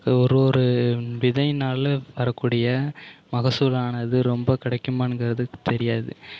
ஒரு ஒரு விதையினால் வரக்கூடிய மகசூலானது ரொம்ப கிடைக்குமானுங்கிறது தெரியாது